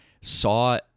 saw